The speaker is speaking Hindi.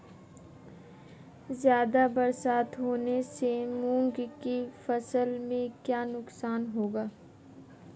ज़्यादा बरसात होने से मूंग की फसल में क्या नुकसान होगा?